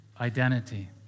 identity